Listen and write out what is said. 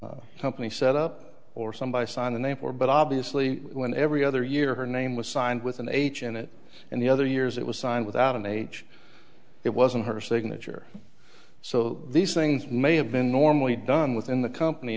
the company set up or some by sign a name for but obviously when every other year her name was signed with an h in it and the other years it was signed without an age it wasn't her signature so these things may have been normally done within the company